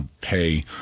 pay